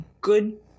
good